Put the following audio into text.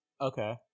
Okay